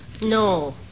No